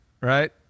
right